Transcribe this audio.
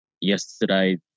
yesterday